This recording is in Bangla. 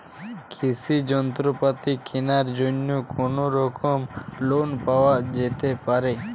কৃষিযন্ত্রপাতি কেনার জন্য কোনোরকম লোন পাওয়া যেতে পারে?